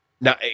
Now